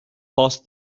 passed